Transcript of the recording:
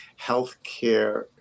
healthcare